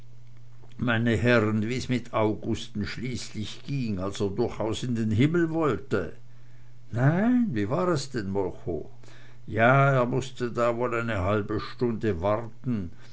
meine herren wie's mit augusten schließlich ging als er durchaus in den himmel wollte nein wie war es denn molchow ja er mußte da wohl ne halbe stunde warten